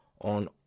on